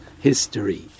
history